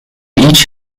each